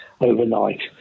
overnight